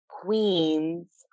queens